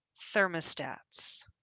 thermostats